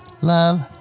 love